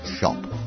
shop